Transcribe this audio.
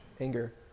anger